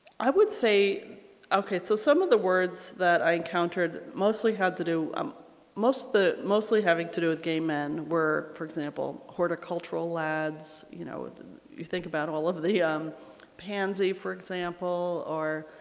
i would say okay so some of the words that i encountered mostly had to do um most the mostly having to do with gay men were for example horticultural lads you know you think about all of the um pansy for example or